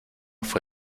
fue